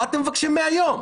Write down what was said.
מה אתם מבקשים 100 ימים?